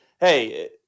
hey